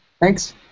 Thanks